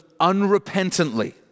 unrepentantly